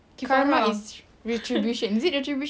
karma is retribution is it retribution